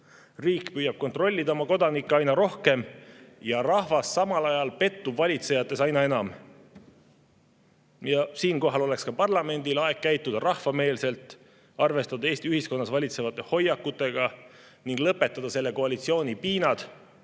Riik püüab kontrollida oma kodanikke aina rohkem ja rahvas samal ajal pettub valitsejates aina enam. Siinkohal oleks ka parlamendil aeg käituda rahvameelselt, arvestada Eesti ühiskonnas valitsevaid hoiakuid ning lõpetada selle koalitsiooni piinad